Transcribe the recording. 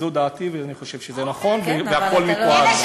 זו דעתי ואני חושב שזה נכון, והכול מתועד.